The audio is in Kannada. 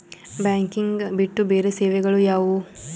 ಬ್ಯಾಂಕಿಂಗ್ ಬಿಟ್ಟು ಬೇರೆ ಸೇವೆಗಳು ಯಾವುವು?